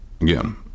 again